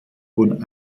von